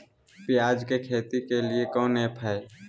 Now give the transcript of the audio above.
प्याज के खेती के लिए कौन ऐप हाय?